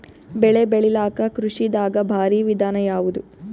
ಬೆಳೆ ಬೆಳಿಲಾಕ ಕೃಷಿ ದಾಗ ಭಾರಿ ವಿಧಾನ ಯಾವುದು?